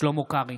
שלמה קרעי,